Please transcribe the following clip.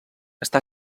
està